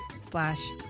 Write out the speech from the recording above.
slash